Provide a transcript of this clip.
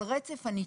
על רצף הניתוק.